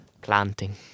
planting